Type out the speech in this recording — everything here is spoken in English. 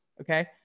okay